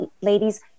ladies